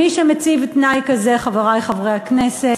מי שמציב תנאי כזה, חברי חברי הכנסת,